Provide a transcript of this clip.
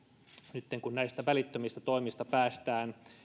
nytten kun näistä välittömistä toimista päästään